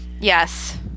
yes